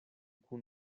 kun